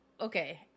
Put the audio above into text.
okay